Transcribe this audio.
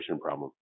problem